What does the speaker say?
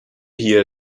hier